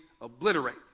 obliterate